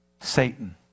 Satan